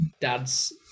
dads